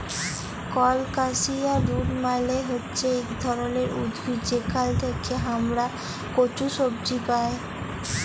colocasia root মালে হচ্যে ইক ধরলের উদ্ভিদ যেখাল থেক্যে হামরা কচু সবজি পাই